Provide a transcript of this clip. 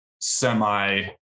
semi